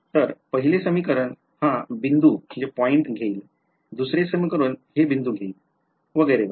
तर पहिले समीकरण हा बिंदू घेईल दुसरे समीकरण हे बिंदू घेईल वगैरे